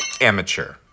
amateur